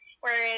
whereas